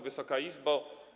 Wysoka Izbo!